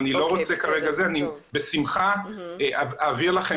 אני לא רוצה כרגע אני בשמחה אעביר לכם